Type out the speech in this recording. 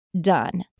done